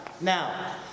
Now